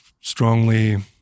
strongly